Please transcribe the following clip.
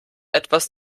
etwas